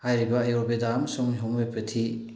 ꯍꯥꯏꯔꯤꯕ ꯑꯌꯨꯔꯕꯦꯗꯥ ꯑꯃꯁꯨꯡ ꯍꯦꯃꯤꯌꯣꯄꯦꯊꯤ